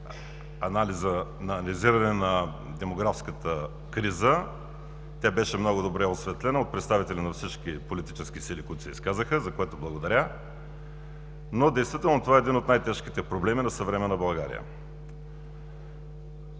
анализиране на демографската криза – тя беше много добре осветлена от представители на всички политически сили, които се изказаха, за което благодаря. Действително това е един от най-тежките проблеми на съвременна България.